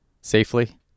safely